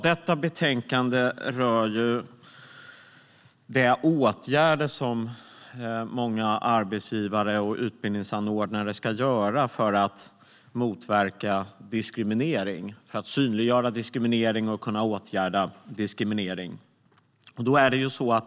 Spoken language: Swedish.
Detta betänkande rör de åtgärder som många arbetsgivare och utbildningsanordnare ska vidta för att motverka, synliggöra och åtgärda diskriminering.